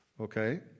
Okay